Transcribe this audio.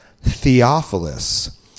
Theophilus